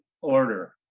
order